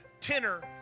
tenor